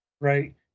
right